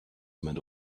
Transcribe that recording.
made